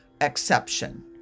exception